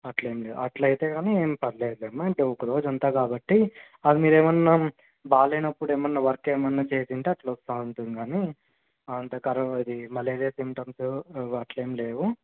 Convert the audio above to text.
అట్లేం లేదు అట్లా అయితే కానీ ఏం పర్లేదులేమ్మా అంటే ఒక రోజు అంతా కాబట్టి అది మీరు ఏమైనా బాగోలేనప్పుడు ఏమైనా వర్క్ ఏమైనా చేసి ఉంటే అట్లా వస్తూ ఉంటుంది కాని అంత కరో ఇది మలేరియా సింటమ్సు అట్లా ఏమి లేవు